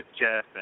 Jeff